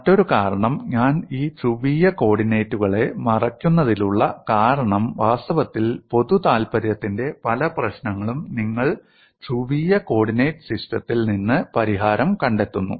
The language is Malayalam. മറ്റൊരു കാരണം ഞാൻ ഈ ധ്രുവീയ കോർഡിനേറ്റുകളെ മറയ്ക്കുന്നതിനുള്ള കാരണം വാസ്തവത്തിൽ പൊതു താൽപ്പര്യത്തിന്റെ പല പ്രശ്നങ്ങളും നിങ്ങൾ ധ്രുവീയ കോർഡിനേറ്റ് സിസ്റ്റത്തിൽ നിന്ന് പരിഹാരം കണ്ടെത്തുന്നു